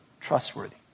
trustworthy